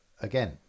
again